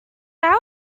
out